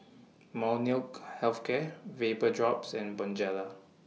Molnylcke Health Care Vapodrops and Bonjela